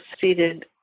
seated